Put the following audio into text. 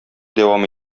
дәвам